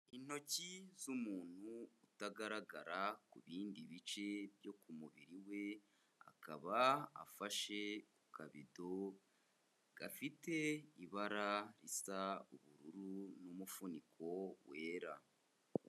Intoki z'umuntu utagaragara ku bindi bice byo ku mubiri we, akaba afashe ku kabido gafite ibara risa ubururu n'umufuniko wera.